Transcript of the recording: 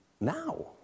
now